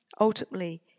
ultimately